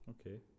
okay